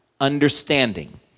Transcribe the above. understanding